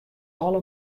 alle